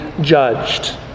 judged